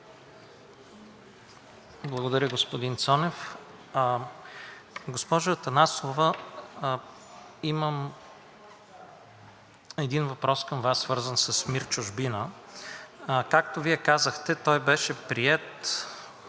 Благодаря, господин Цонев. Госпожо Атанасова, имам един въпрос към Вас, свързан с МИР „Чужбина“. Както Вие казахте, той беше приет